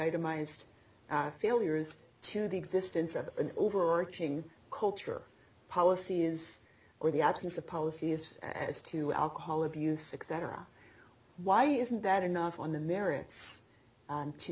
itemized failures to the existence of an overarching culture policy is or the absence of policy is as to alcohol abuse six hour why isn't that enough on the merits